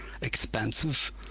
expensive